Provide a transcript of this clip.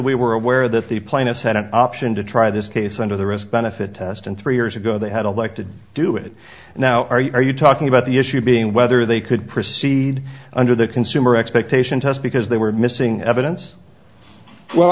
we were aware that the plaintiffs had an option to try this case under the risk benefit test and three years ago they had elected to do it and now are you talking about the issue being whether they could proceed under the consumer expectation test because they were missing evidence well